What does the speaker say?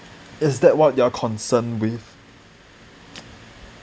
is that what you're concerned with